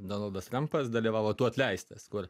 donaldas trumpas dalyvavo tu atleistas kur